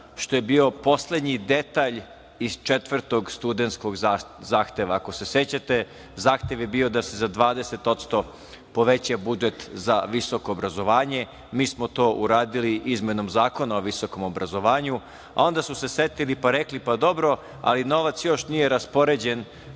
što je bio poslednji detalj iz četvrtog studentskog zahteva. Ako se sećate, zahtev je bio da se za 20% poveća budžet za visoko obrazovanje. Mi smo to uradili izmenom Zakona o visokom obrazovanju, a onda su se setili pa rekli - pa dobro, ali novac još nije raspoređen